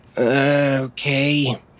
Okay